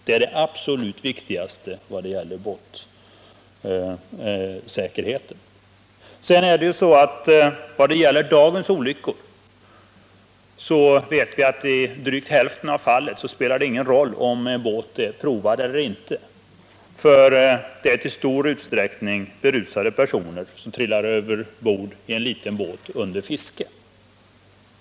Det är det absolut viktigaste när det gäller båtsäkerheten. När det gäller drygt hälften av antalet olyckor spelar det inte någon roll om en båt är provad eller inte. Där är det fråga om berusade personer som trillar över bord från en liten båt under fiske.